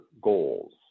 goals